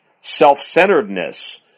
self-centeredness